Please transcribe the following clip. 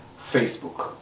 Facebook